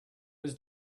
was